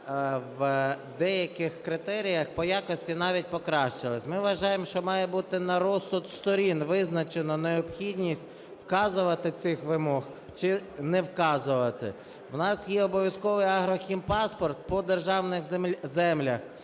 в деяких критеріях по якості навіть покращилась. Ми вважаємо, що має бути на розсуд сторін визначено необхідність вказувати цих вимог чи не вказувати. У нас є обов'язковий агрохімпаспорт по державних землях.